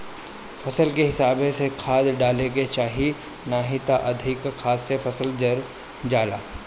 फसल के हिसाबे से खाद डाले के चाही नाही त अधिका खाद से फसल जर जाला